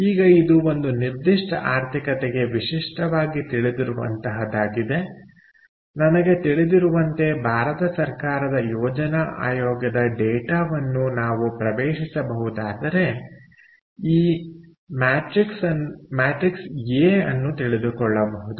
ಈಗ ಇದು ಒಂದು ನಿರ್ದಿಷ್ಟ ಆರ್ಥಿಕತೆಗೆ ವಿಶಿಷ್ಟವಾಗಿ ತಿಳಿದಿರುವಂತಹದಾಗಿದೆ ನನಗೆ ತಿಳಿದಿರುವಂತೆ ಭಾರತ ಸರ್ಕಾರದ ಯೋಜನಾ ಆಯೋಗದ ಡೇಟಾವನ್ನು ನಾವು ಪ್ರವೇಶಿಸಬಹುದಾದರೆ ಈ ಮ್ಯಾಟ್ರಿಕ್ಸ್ ಎ ಅನ್ನು ತಿಳಿದುಕೊಳ್ಳಬಹುದು